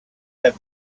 have